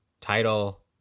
title